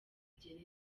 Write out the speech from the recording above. gereza